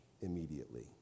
Immediately